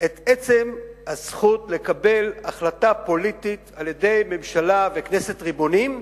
את עצם הזכות לקבל החלטה פוליטית על-ידי ממשלה וכנסת ריבוניות